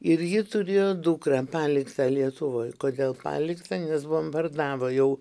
ir ji turėjo dukrą paliktą lietuvoje kodėl paliktą nes bombardavo jau